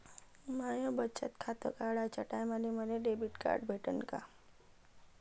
माय बचत खातं काढाच्या टायमाले मले डेबिट कार्ड भेटन का?